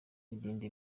irinde